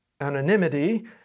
anonymity